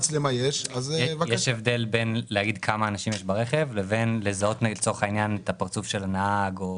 יש הבדל בין להגיד כמה אנשים יש ברכב לבין לזהות את הפנים של הנהג או